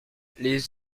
les